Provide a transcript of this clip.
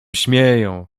śmieją